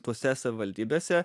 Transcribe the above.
tose savivaldybėse